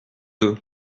deux